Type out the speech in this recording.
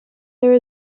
there